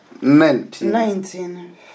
nineteen